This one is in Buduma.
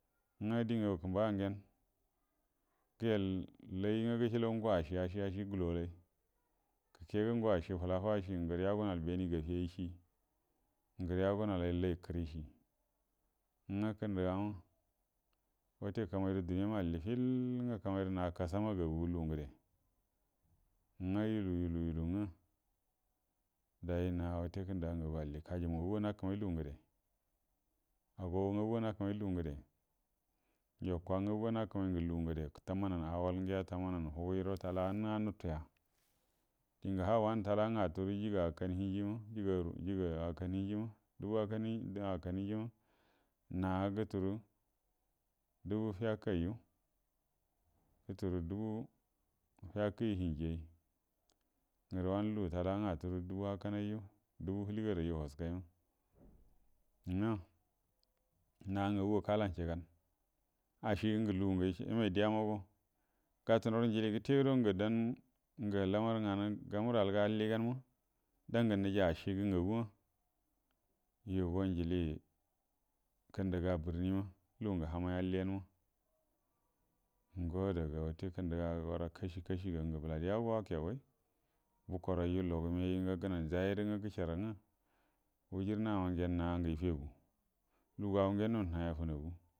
Ngwə diengagu kəmba gyen, gəyəl lay ngwə gəcəabu ngu acie acie acie gulu alay, gəkəga ngu acie fəlafacie ngərə ya agun lan bənie gafi cie, ngərə ya gum lay lay kərie cie, ngwə kəndəga ma wate kamayində duniyama alli fiəl ngwə kamay rə na kasama gagugə lugu ngədə ngwə yəlu yəlu yəlu ngwə day na wate kədaga ngagu allə kaju mu gagu guəro ha nakəman lugu ngədəl, agogo gagugo nəkəman lugu ngəde njukwa gagunga nau kəmay tammanan awal ngəa tammana luguiguəro tala ka nəga nutuya, dənjə wanə ha talaka ngə atturə joga akan həjiema, dubu akan həjima dubu fəkəya guturo dubu fəakərə hənjiay ngərə wanə lugu talaka ngə atturə dubu akan yu dubu həaliegəar yu wəaskəy ngwə na gagu go kala u ciegan acie gə ngə lugu ngə yemay deya mago gatunaurə jilie gətə guəro ngə gaman du amar nganu alliganma dagə nəjie acie gə ngagu’a yuogo jieli kəndəga birnima lugungə hamay alligan ma go oda kashi kashi ga ngə bəla dəga go wakəyagai bukor gəna nə jay du ngm, hujir nama gyen nanju yəfag gu, lugu augyen nu nahai a gənagu.